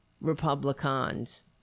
Republicans